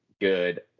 good